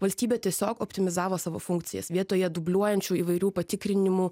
valstybė tiesiog optimizavo savo funkcijas vietoje dubliuojančių įvairių patikrinimų